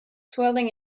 swirling